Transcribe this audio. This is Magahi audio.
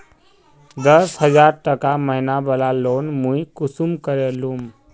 दस हजार टका महीना बला लोन मुई कुंसम करे लूम?